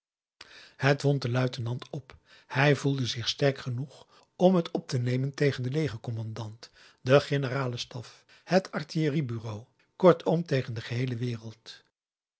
het wond den luitenant op hij voelde zich sterk genoeg om het op te nemen tegen den legercommandant den generalen staf het artillerie bureau kortom tegen de geheele wereld